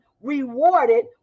rewarded